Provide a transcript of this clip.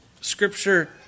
Scripture